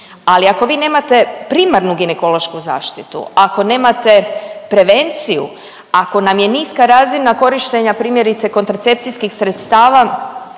ali ako vi nemate primarnu ginekološku zaštitu, ako nemate prevenciju, ako nam je niska razina korištenja primjerice kontracepcijskih sredstava